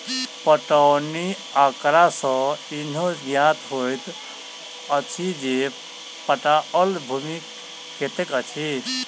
पटौनी आँकड़ा सॅ इहो ज्ञात होइत अछि जे पटाओल भूमि कतेक अछि